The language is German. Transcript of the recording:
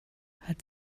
hat